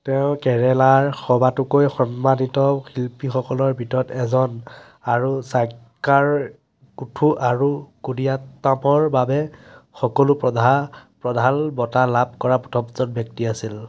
তেওঁ কেৰেলাৰ সবাতোকৈ সন্মানিত শিল্পীসকলৰ ভিতৰত এজন আৰু চাক্যাৰ কুথু আৰু কুদিয়াট্টাপৰ বাবে সকলো প্ৰধা প্ৰধান বঁটা লাভ কৰা প্ৰথমজন ব্যক্তি আছিল